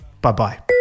Bye-bye